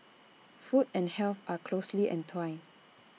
food and health are closely entwined